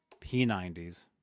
P90s